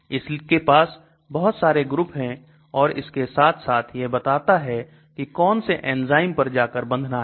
इसके पास बहुत सारे ग्रुप हैं और इसके साथ साथ यह बताता है कि कौन से एंजाइम पर जाकर बंधना है